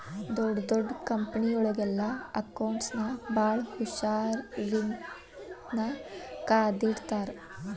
ಡೊಡ್ ದೊಡ್ ಕಂಪನಿಯೊಳಗೆಲ್ಲಾ ಅಕೌಂಟ್ಸ್ ನ ಭಾಳ್ ಹುಶಾರಿನ್ದಾ ಕಾದಿಟ್ಟಿರ್ತಾರ